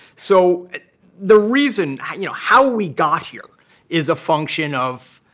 so the reason how you know how we got here is a function of